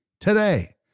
today